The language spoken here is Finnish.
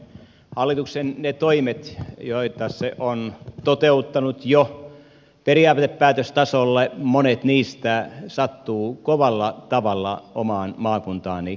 hallituksen niistä toimista joita se on toteuttanut jo periaatepäätöstasolle monet sattuvat kovalla tavalla omaan maakuntaani keski suomeen